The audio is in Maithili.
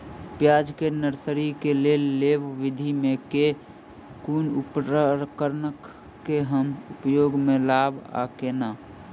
प्याज केँ नर्सरी केँ लेल लेव विधि म केँ कुन उपकरण केँ हम उपयोग म लाब आ केना?